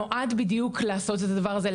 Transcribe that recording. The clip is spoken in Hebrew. נועד בדיוק לעשות את הדבר הזה,